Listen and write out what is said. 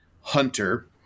hunter